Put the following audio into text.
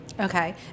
Okay